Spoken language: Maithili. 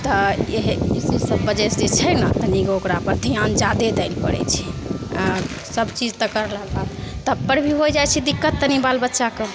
तऽ इएह इसी सब वजह जे छै ने तनिगो ओकरापर धिआन जादे दै ले पड़ै छै सबचीज तऽ करलाके बाद तबपर भी हो जाइ छै दिक्कत तनि बाल बच्चाके